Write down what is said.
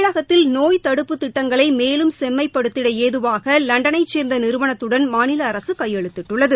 தமிழகத்தில் நோய் தடுப்பு திட்டங்களை மேலும் செம்மைப்படுத்திட ஏதுவாக லண்டனை சேர்ந்த நிறுவனத்துடன் மாநில அரசு கையெழுத்திட்டுள்ளது